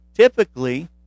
Typically